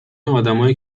آدمایی